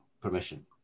permission